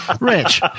Rich